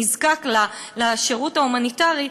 בעני ובמי שנזקק לשירות ההומניטרי,